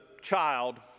child